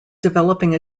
developing